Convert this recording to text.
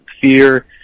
fear